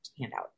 handout